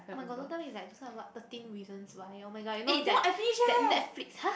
oh-my-god don't tell me it's like this kind what thirteen reasons why oh-my-god you know that that Netflix !huh!